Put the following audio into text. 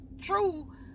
true